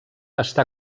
està